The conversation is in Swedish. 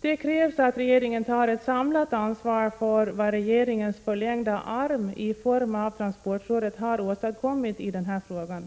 Det krävs att regeringen tar ett samlat ansvar för vad regeringens förlängda arm i form av transportrådet har åstadkommit i denna fråga.